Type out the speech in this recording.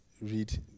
read